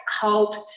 cult